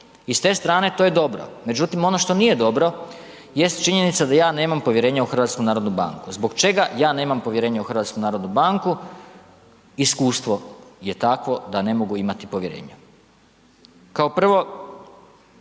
I ste strane to je dobro, međutim ono što nije dobro jest činjenica da ja nemam povjerenja u HNB. Zbog čega ja nema povjerenja u HNB? Iskustvo je takvo da ne mogu imati povjerenja. Kao prvo